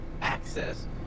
access